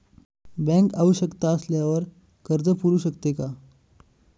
Bank आवश्यकता असल्यावर कर्ज पुरवू शकते का?